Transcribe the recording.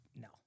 no